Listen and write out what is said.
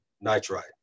nitrite